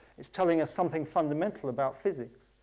it's telling us something fundamental about physics.